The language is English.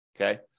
Okay